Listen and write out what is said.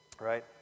right